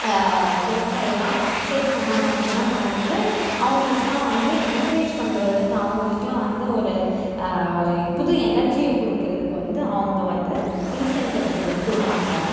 பொருட்கள்லாம் சேல் பண்ணாங்க அப்படின்னா வந்து அவுங்களுக்கெல்லாம் வந்து என்க்ரேஜ் பண்ணுறதுக்கு அவுங்களுக்கெல்லாம் வந்து ஒரு ஒரு புது எனர்ஜியை கொடுக்கறதுக்கு வந்து அவங்க வந்து இன்சென்டிவ்ஸு கொடுப்பாங்க